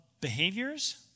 behaviors